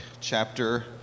chapter